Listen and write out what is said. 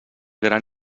gran